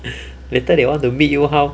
later they want to meet you how